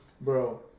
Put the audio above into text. bro